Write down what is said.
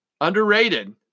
Underrated